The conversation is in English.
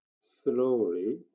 slowly